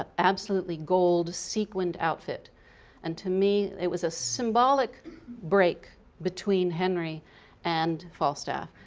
ah absolutely gold sequined outfit and to me it was a symbolic break between henry and falstaff.